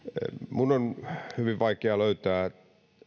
minun on hyvin vaikea löytää